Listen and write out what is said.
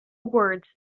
words